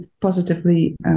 positively